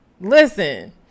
Listen